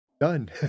Done